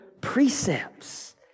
precepts